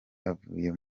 avuye